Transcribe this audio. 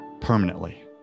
permanently